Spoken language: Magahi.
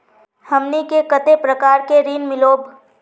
हमनी के कते प्रकार के ऋण मीलोब?